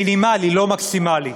מינימליים, לא מקסימליים.